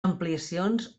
ampliacions